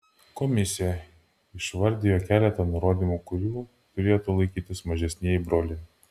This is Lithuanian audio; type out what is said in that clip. komisija išvardijo keletą nurodymų kurių turėtų laikytis mažesnieji broliai